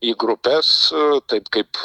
į grupes taip kaip